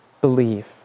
believe